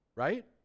right